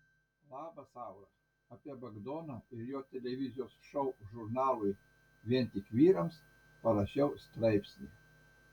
labas aura apie bagdoną ir jo televizijos šou žurnalui vien tik vyrams parašiau straipsnį